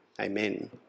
Amen